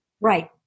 right